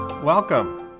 Welcome